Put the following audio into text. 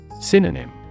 Synonym